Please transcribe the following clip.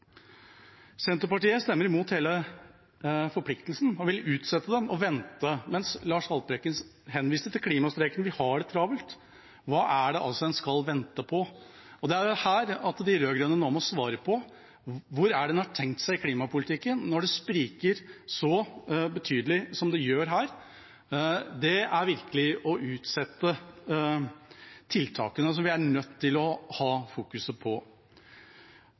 Senterpartiet stemmer imot hele forpliktelsen og vil utsette den og vente, mens Lars Haltbrekken viste til klimastreiken. Vi har det travelt. Hva skal en vente på? Det er her de rød-grønne nå må svare på: Hvor er det en har tenkt seg i klimapolitikken når det spriker så betydelig som det gjør her? Det er virkelig å utsette tiltakene, som vi er nødt til å ha fokuset på.